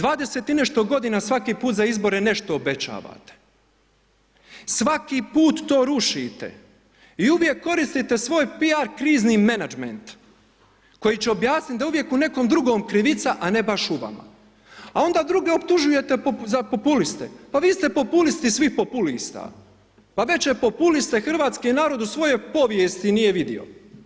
20 i nešto godina svaki put za izbore nešto obećavate, svaki put to rušite i uvijek koristite svoj piar krizni menadžment, koji će objasniti da je uvijek u nekom drugom krivica, a ne baš u vama, a onda druge optužujete za populiste, pa vi ste populisti svih populista, pa veće populiste hrvatski narod u svojoj povijesti nije vidio.